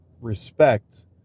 respect